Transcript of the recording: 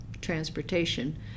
transportation